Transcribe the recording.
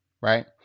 right